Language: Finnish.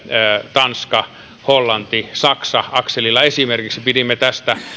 tanska hollanti saksa akselilla esimerkiksi pidimme tästä